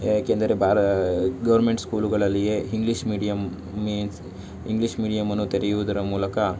ಏಕೆಂದರೆ ಬಾರ ಗೌರ್ಮಿಂಟ್ ಸ್ಕೂಲುಗಳಲ್ಲಿಯೇ ಹಿಂಗ್ಲೀಷ್ ಮೀಡಿಯಮ್ ಮೀನ್ಸ್ ಇಂಗ್ಲೀಷ್ ಮೀಡಿಯಮನ್ನು ತೆರೆಯುವುದರ ಮೂಲಕ